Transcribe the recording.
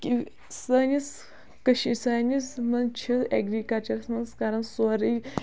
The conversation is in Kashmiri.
کیٚنٛہہ سٲنِس کٔشی سٲنِس منٛز چھِ ایٚگرِکَلچرس منٛز کران سورٕے